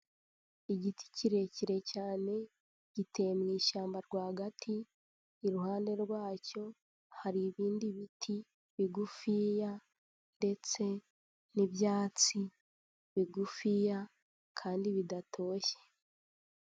Igiti kirekire cyane giteye mu ishyamba rwagati, iruhande rwacyo hari ibindi biti bigufiya ndetse n'ibyatsi bigufiya kandi bidatoshye.